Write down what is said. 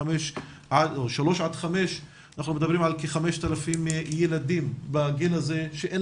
3 עד 5. אנחנו מדברים על כ-5,000 ילדים בגיל הזה שאין